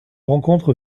rencontre